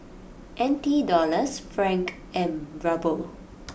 N T Dollars Franc and Ruble